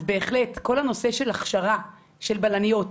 אז בהחלט כל הנושא של הכשרה של בלניות,